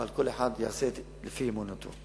אבל כל אחד יעשה את זה לפי אמונתו.